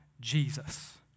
Jesus